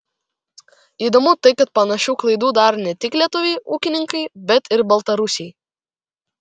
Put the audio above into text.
įdomu tai kad panašių klaidų daro ne tik lietuviai ūkininkai bet ir baltarusiai